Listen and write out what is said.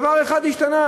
דבר אחד השתנה,